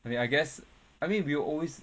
I mean I guess I mean we will always